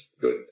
good